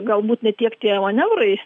galbūt ne tiek tie manevrai